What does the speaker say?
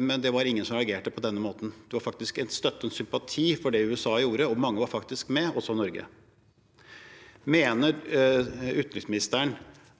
men det var ingen som reagerte på denne måten. Det var faktisk støtte og sympati for det USA gjorde, og mange var faktisk med, også Norge. Mener utenriksministeren